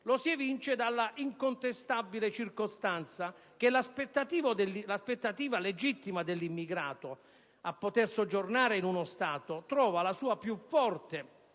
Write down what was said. lo si evince dalla incontestabile circostanza che la legittima aspettativa dell'immigrato a poter soggiornare in uno Stato trova la sua più forte